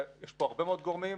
יש פה הרבה מאוד גורמים,